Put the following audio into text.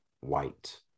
white